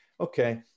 Okay